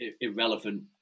irrelevant